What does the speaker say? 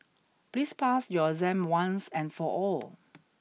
please pass your exam once and for all